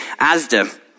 Asda